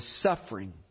suffering